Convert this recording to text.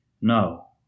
No